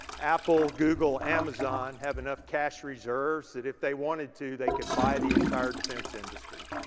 apple, google, amazon have enough cash reserves that if they wanted to they could buy the entire defense industry.